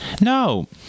no